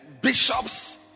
bishops